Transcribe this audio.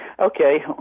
okay